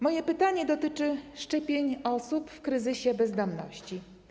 Moje pytanie dotyczy szczepień osób w kryzysie bezdomności.